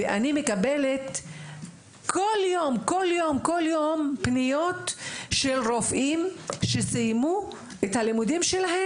ואני מקבלת כל יום ויום פניות מרופאים שסיימו את לימודיהם,